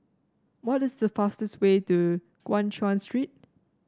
what is the fastest way to Guan Chuan Street